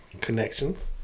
Connections